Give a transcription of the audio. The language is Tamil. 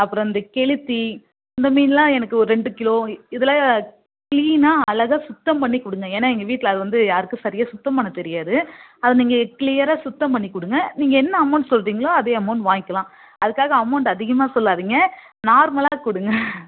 அப்புறம் இந்த கெளுத்தி இந்த மீனெல்லாம் எனக்கு ஒரு இரண்டு கிலோ இதெல்லாம் க்ளீனாக அழகாக சுத்தம் பண்ணி கொடுங்க ஏன்னால் எங்கள் வீட்டில் அது வந்து யாருக்கும் சரியாக சுத்தம் பண்ண தெரியாது அதை நீங்கள் க்ளியராக சுத்தம் பண்ணி கொடுங்க நீங்கள் என்ன அமௌண்ட் சொல்கிறீங்களோ அதே அமௌண்ட் வாங்கிக்கலாம் அதுக்காக அமௌண்ட் அதிகமாக சொல்லாதீங்க நார்மலாக கொடுங்க